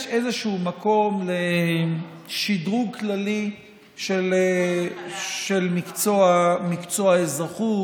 יש איזשהו מקום לשדרוג כללי של מקצוע האזרחות.